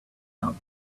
out